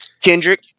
Kendrick